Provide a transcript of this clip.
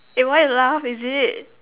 eh why you laugh is it